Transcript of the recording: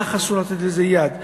לך אסור לתת לזה יד.